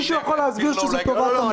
מישהו יכול להסביר שזה לטובת המדינה?